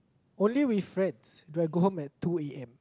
only with friends do I go home at two A_M